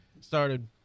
Started